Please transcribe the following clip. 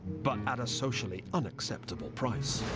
but at a socially unacceptable price.